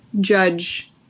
judge